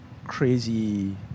crazy